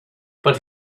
but